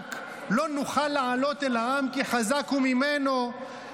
הענק --- לא נוכל לעלות אל העם כי חזק הוא ממנו".